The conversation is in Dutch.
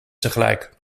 tegelijk